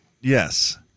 Yes